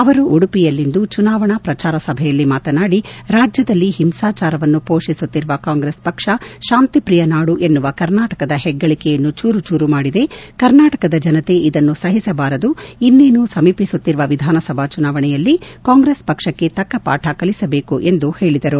ಅವರು ಉಡುಪಿಯಲ್ಲಿಂದು ಚುನಾವಣಾ ಪ್ರಚಾರ ಸಭೆಯಲ್ಲಿ ಮಾತನಾಡಿ ರಾಜ್ಯದಲ್ಲಿ ಹಿಂಸಾಚಾರವನ್ನು ಪೋಷಿಸುತ್ತಿರುವ ಕಾಂಗ್ರೆಸ್ ಪಕ್ಸ ಶಾಂತಿಪ್ರಿಯ ನಾಡು ಎನ್ನುವ ಕರ್ನಾಟಕದ ಹೆಗ್ಗಳಕೆಯನ್ನು ಚೂರು ಚೂರು ಮಾಡಿದೆ ಕರ್ನಾಟಕದ ಜನತೆ ಇದನ್ನು ಸಹಿಸಬಾರದು ಇನ್ನೇನು ಸಮೀಪಿಸುತ್ತಿರುವ ವಿಧಾನಸಭಾ ಚುನಾವಣೆಯಲ್ಲಿ ಕಾಂಗ್ರೆಸ್ ಪಕ್ಷಕ್ಕೆ ತಕ್ಷ ಪಾಠ ಕಲಿಸಬೇಕು ಎಂದು ಹೇಳಿದರು